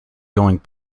going